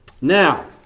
Now